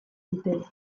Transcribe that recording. dutela